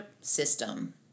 system